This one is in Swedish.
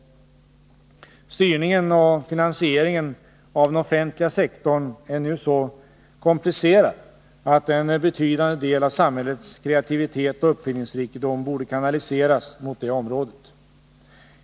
Styrningen och finansieringen av den offentliga sektorn är nu så komplicerad att en betydande del av samhällets kreativitet och uppfinningsrikedom borde kanaliseras mot det området.